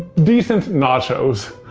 decent nachos.